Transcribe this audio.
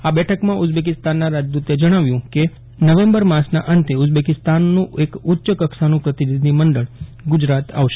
આ બેઠકમાં ઉઝબેકિસ્તાનના રાજપૂતે જણાવ્યું કે નવેમ્બર માસના અંતે ઉઝબેકિસ્તાન નું એક ઉચ્ય કક્ષાનું પ્રતિનિધિમંડળ ગુજરાત આવશે